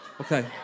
okay